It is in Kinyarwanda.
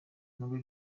noel